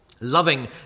loving